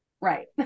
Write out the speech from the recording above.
Right